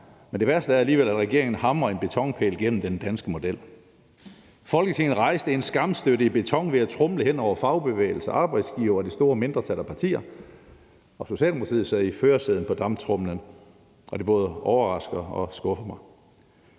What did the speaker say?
Men det værste er alligevel, at regeringen hamrer en betonpæl gennem den danske model. Folketinget rejste en skamstøtte af beton ved at tromle hen over fagbevægelsen og arbejdsgiverne og det store mindretal af partier, og Socialdemokratiet sad i førersædet i damptromlen. Det både overrasker og skuffer mig.